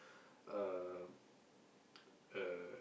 um uh